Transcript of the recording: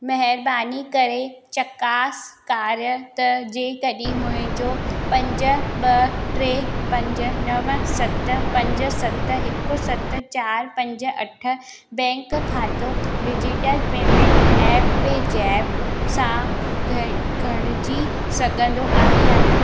महिरबानी करे चकास कारियो त जेकॾहिं मुंहिंजो पंज ॿ टे पंज नव सत पंज सत हिक सत चारि पंज अठ बैंक खातो digital payment app PayZapp सां ॻ ॻंढिजी सघंदो आहे या न